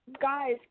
guys